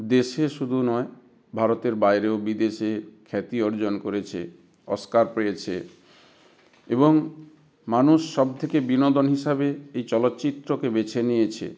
দেশে শুধু নয় ভারতের বাইরেও বিদেশে খ্যাতি অর্জন করেছে অস্কার পেয়েছে এবং মানুষ সবথেকে বিনোদন হিসাবে এই চলচ্চিত্রকে বেছে নিয়েছে